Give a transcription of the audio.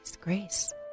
Grace